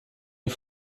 die